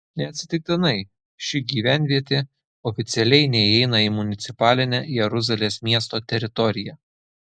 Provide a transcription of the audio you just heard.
neatsitiktinai ši gyvenvietė oficialiai neįeina į municipalinę jeruzalės miesto teritoriją